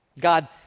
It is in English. God